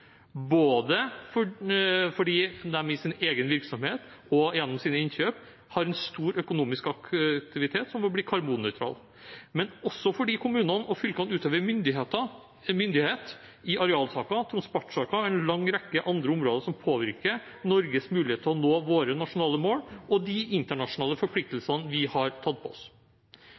fordi de i sin egen virksomhet og gjennom sine innkjøp har en stor økonomisk aktivitet som må bli karbonnøytral, men også fordi kommunene og fylkene utøver myndighet i arealsaker, transportsaker og en lang rekke andre områder som påvirker Norges mulighet til å nå våre nasjonale mål og de internasjonale forpliktelsene vi har tatt på oss.